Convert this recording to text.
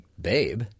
babe